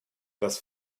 das